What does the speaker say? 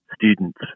students